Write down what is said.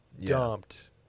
dumped